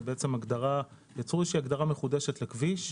יצרו הגדרה מחודשת לכביש,